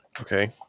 Okay